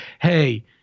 hey